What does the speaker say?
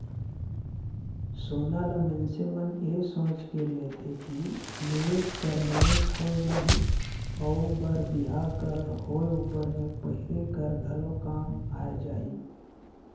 सोना ल मइनसे मन ए सोंएच के लेथे कि निवेस कर निवेस होए जाही अउ बर बिहा कर होए उपर में पहिरे कर घलो काम आए जाही